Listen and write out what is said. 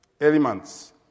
elements